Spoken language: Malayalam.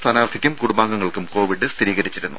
സ്ഥാനാർത്ഥിക്കും കുടുംബാംഗങ്ങൾക്കും കോവിഡ് സ്ഥിരീകരിച്ചിരുന്നു